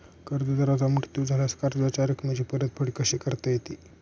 कर्जदाराचा मृत्यू झाल्यास कर्जाच्या रकमेची परतफेड कशी करता येते?